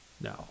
no